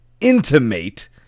intimate